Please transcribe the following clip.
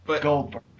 Goldberg